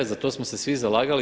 Za to smo se svi zalagali.